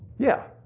yeah.